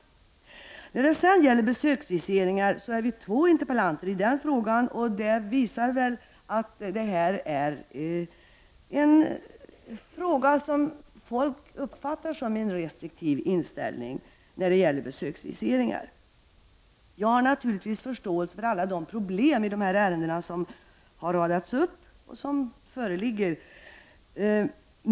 Vi är i fråga om besöksviseringar två interpellanter, och det visar väl att folk uppfattar det så att inställningen är restriktiv när det gäller besöksviseringar. Jag har naturligtvis förståelse för alla de problem som har radats upp och som föreligger i fråga om dessa ärenden.